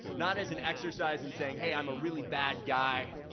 not as an exercise in saying, hey, i'm a really bad guy.